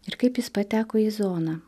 ir kaip jis pateko į zoną